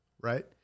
right